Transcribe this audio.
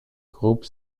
groupe